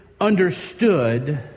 understood